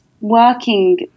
working